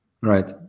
Right